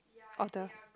of the